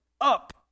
Up